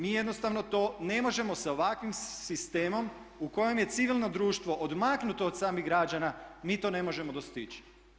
Mi jednostavno to ne možemo sa ovakvim sistemom u kojem je civilno društvo odmaknuto od samih građana mi to ne možemo dostići.